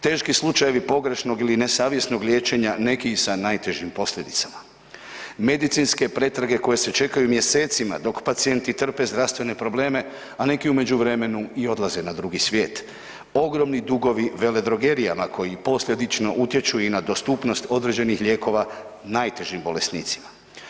Teški slučajevi pogrešnog ili nesavjesnog liječenja neki i sa najtežim posljedicama, medicinske pretrage koje se čekaju mjesecima dok pacijenti trpe zdravstvene probleme, a neki u međuvremenu i odlaze na drugi svijet, ogromni dugovi veledrogerijama koji posljedično utječu i na dostupnost određenih lijekova najtežim bolesnicima.